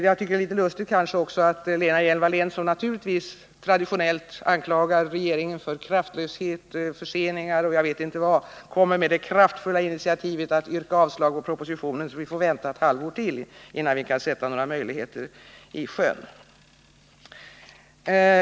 Jag tycker också att det är litet egendomligt att Lena Hjelm-Wallén, som naturligtvis även nu traditionellt anklagar regeringen för kraftlöshet, förseningar och jag vet inte vad, kommer med det kraftfulla initiativet att yrka avslag på propositionen, så att vi får vänta ytterligare ett halvår innan vi kan sätta några beslut i sjön.